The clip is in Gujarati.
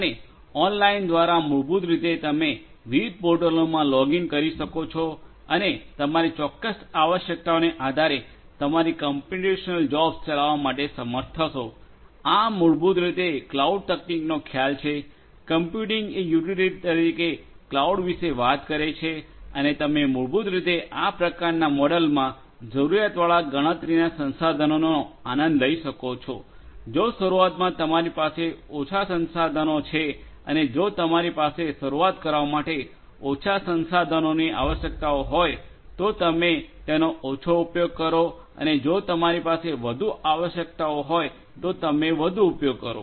અને ઓનલાઇન દ્વારા મૂળભૂત રીતે તમે વિવિધ પોર્ટલોમાં લોગઇન કરી શકો છો અને તમારી ચોક્કસ આવશ્યકતાઓને આધારે તમારી કોમ્પ્યુટેશનલ જોબ્સ ચલાવવા માટે સમર્થ થશો આ મૂળભૂત રીતે ક્લાઉડ તકનીકનો ખ્યાલ છે કમ્પ્યુટીંગ એ યુટિલિટી તરીકે ક્લાઉડ વિશે વાત કરે છે અને તમે મૂળભૂત રીતે આ પ્રકારના મોડેલમાં જરૂરિયાતવાળા ગણતરીના સંસાધનોનો આનંદ લઈ શકો છો જો શરૂઆતમાં તમારી પાસે ઓછા સંસાધનો છે અને જો તમારી પાસે શરૂઆત કરવા માટે ઓછા સંસાધનોની આવશ્યકતાઓ હોય તો તમે તેનો ઓછો ઉપયોગ કરો અને જો તમારી પાસે વધુ આવશ્યકતાઓ હોય તો તમે વધુ ઉપયોગ કરો